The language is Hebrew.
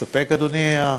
מספק, אדוני?